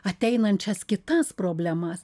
ateinančias kitas problemas